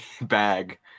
bag